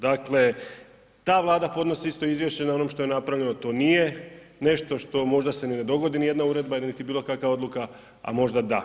Dakle, ta Vlada podnosi isto izvješće na onom što je napravljeno, to nije nešto što se možda ne dogodi nijedna uredba niti bilo kakva odluka, a možda da.